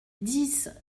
dix